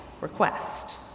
request